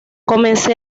comencé